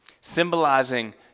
symbolizing